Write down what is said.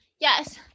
yes